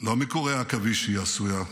לא מקורי עכביש היא עשויה,